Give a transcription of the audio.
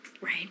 right